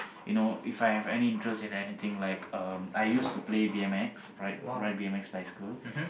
you know If I have any interest in anything like um I used to play B_M_X ride ride B_M_X bicycle